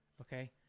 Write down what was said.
Okay